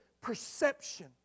perception